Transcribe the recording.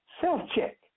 Self-check